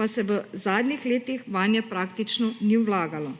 pa se v zadnjih letih vanje praktično ni vlagalo.